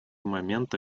момента